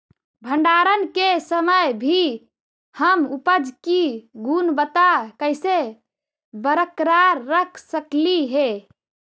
भंडारण के समय भी हम उपज की गुणवत्ता कैसे बरकरार रख सकली हे?